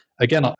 again